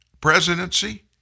presidency